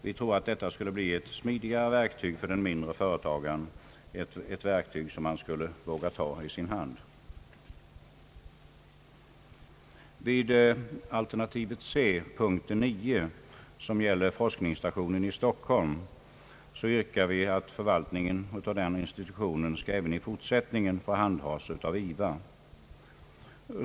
Vi tror att detta skulle bli ett smidigare verktyg för den mindre företagaren, ett verktyg som han skulle våga ta i sin hand. mien.